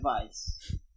device